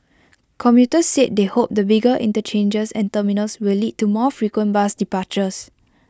commuters said they hoped the bigger interchanges and terminals will lead to more frequent bus departures